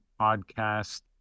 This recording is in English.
podcast